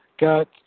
got